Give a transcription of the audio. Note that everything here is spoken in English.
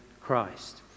Christ